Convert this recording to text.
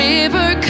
River